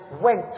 went